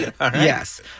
Yes